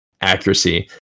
accuracy